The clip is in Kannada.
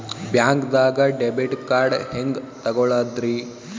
ಬ್ಯಾಂಕ್ದಾಗ ಡೆಬಿಟ್ ಕಾರ್ಡ್ ಹೆಂಗ್ ತಗೊಳದ್ರಿ?